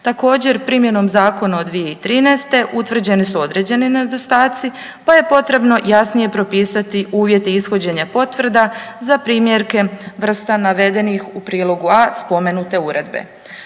Također primjenom zakona od 2013. utvrđeni su određeni nedostatci, pa je potrebno jasnije propisati uvjete ishođenja potreba za primjerke vrsta navedenih u prilogu a) spomenute uredbe.